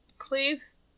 please